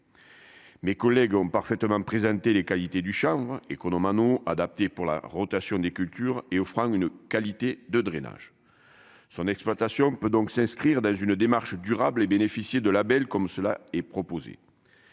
mes collègues ont parfaitement présenter les qualités du et qu'on Manon adapté pour la rotation des cultures et offrant une qualité de drainage son exploitation peut donc s'inscrire dans une démarche durable et bénéficier de la belle, comme cela est proposé